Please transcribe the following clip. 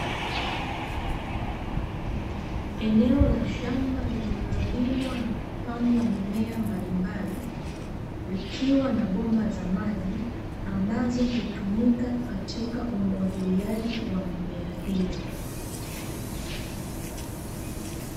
Eneo la shamba lililolimwa na kupandwa mimea mbalimbali likiwa na bomba za maji ambazo hutumika katika umwagiliaji wa mimea hiyo.